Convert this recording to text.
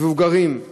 מבוגרים,